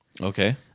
Okay